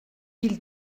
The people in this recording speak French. ils